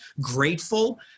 grateful